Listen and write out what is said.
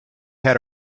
had